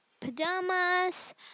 pajamas